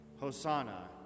Hosanna